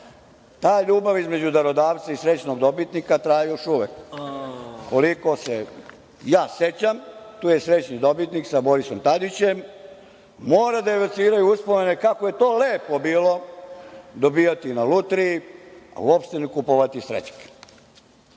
Ta ljubav između darodavca i srećnog dobitnika traje još uvek. Koliko se ja sećam, tu je srećni dobitnik sa Borisom Tadićem. Mora da evociraju uspomene kako je to lepo bilo dobijati na lutriji, a uopšte ne kupovati srećke. Ja